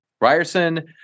Ryerson